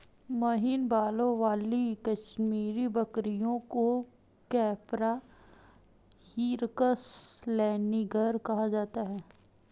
महीन बालों वाली कश्मीरी बकरियों को कैपरा हिरकस लैनिगर कहा जाता है